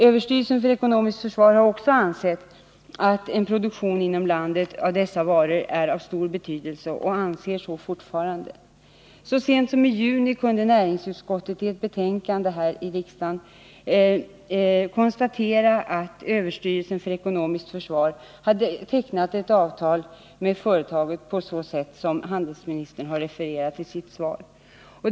Överstyrelsen för ekonomiskt försvar har också ansett — och anser fortfarande — att en produktion inom landet av dessa varor är av stor betydelse. Så sent som i juni i år kunde näringsutskottet i ett betänkande konstatera att överstyrelsen för ekonomiskt försvar hade tecknat ett avtal med företaget på det sätt som handelsministern har refererat i sitt svar.